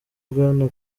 bwana